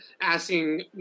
asking